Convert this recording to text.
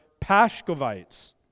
Pashkovites